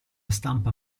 stampa